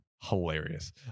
hilarious